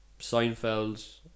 Seinfeld